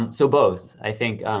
so both, i think,